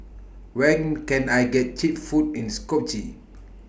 when Can I get Cheap Food in Skopje